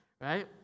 right